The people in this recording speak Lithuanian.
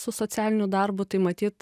su socialiniu darbu tai matyt